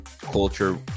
culture